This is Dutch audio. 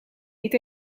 niet